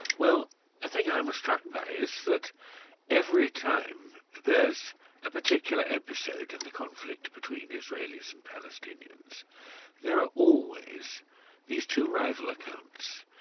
well the thing i was struck by is that every time there's a particular episode, in the conflict between israelis and palestinians there are always these two rival accounts.